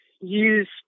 use